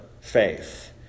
faith